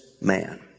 man